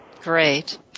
Great